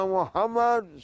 Muhammad